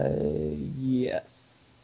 yes